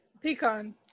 Pecan